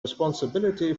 responsibility